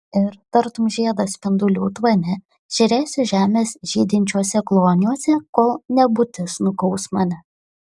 ir tartum žiedas spindulių tvane žėrėsiu žemės žydinčiuose kloniuose kol nebūtis nukaus mane